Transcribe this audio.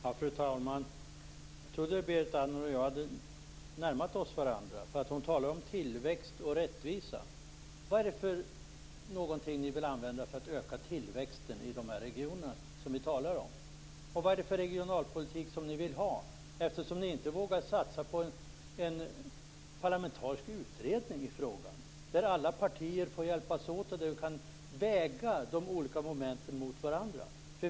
Fru talman! Jag trodde att Berit Andnor och jag hade närmat oss varandra. Hon talar om tillväxt och rättvisa. Hur vill ni öka tillväxten i de regioner som vi talar om? Vad är det för regionalpolitik ni vill ha? Ni vågar inte satsa på en parlamentarisk utredning i frågan, där alla partier får hjälpas åt och där vi kan väga de olika momenten mot varandra.